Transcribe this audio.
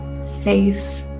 safe